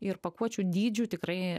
ir pakuočių dydžių tikrai